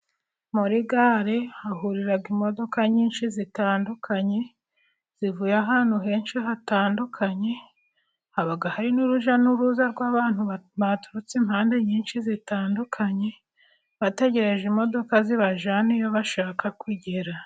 Muri gare hahurira imodoka nyinshi zitandukanye zivuye ahantu henshi hatandukanye. Haba hari n'urujya n'uruza rw'abantu baturutse impande nyinshi zitandukanye, bategereje imodoka zibajyana iyo bashaka kugera.